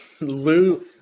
Lou